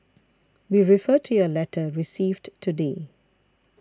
we refer to your letter received today